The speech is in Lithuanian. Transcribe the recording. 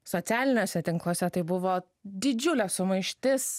socialiniuose tinkluose tai buvo didžiulė sumaištis